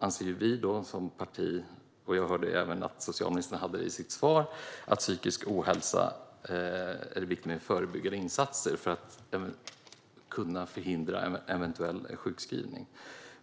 anser som parti - jag hörde även att socialministern tog upp det i sitt svar - att det när det gäller psykisk ohälsa är viktigt med förebyggande insatser för att kunna förhindra eventuell sjukskrivning.